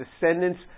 descendants